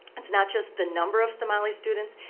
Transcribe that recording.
it's not just the number of somali students,